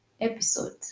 episode